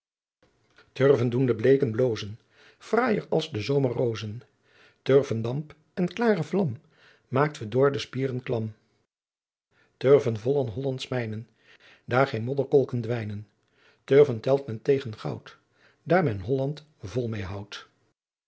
turven doen de bleeken blozen fraaijer als de zomer rozen turvendamp en klare vlam maakt verdorde spieren klam turven vollen hollands mijnen daar geen modderkolken dwijnen turven telt men tegen goud daar men holland vol meê houdt